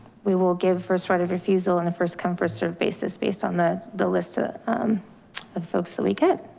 we will give first right of refusal and a first come first serve basis based on the the list ah of folks that we get.